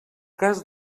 cas